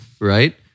right